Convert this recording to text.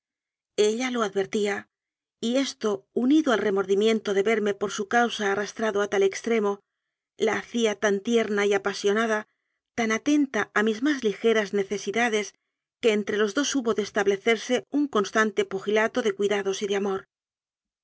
ella lo advertía y esto unido al remordimiento de verme por su causa arrastrado a tal extremo la hacía tan tierna y apasionada tan atenta a mis más ligeras necesidades que entre los dos hubo de establecerse un constante pugilato de cuidados y de amor